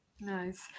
nice